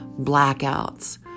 blackouts